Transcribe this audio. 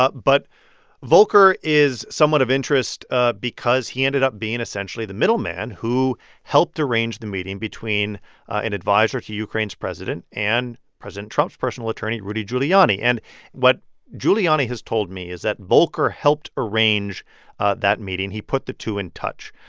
but volker is someone of interest ah because he ended up being, essentially, the middleman who helped arrange the meeting between an adviser to ukraine's president and president trump's personal attorney, rudy giuliani. and what giuliani has told me is that volker helped arrange that meeting. he put the two in touch.